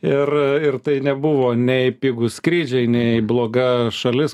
ir ir tai nebuvo nei pigūs skrydžiai nei bloga šalis